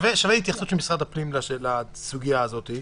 שווה התייחסות של משרד הפנים לסוגיה הזאת,